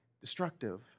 destructive